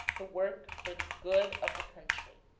to work for the good of the country